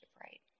right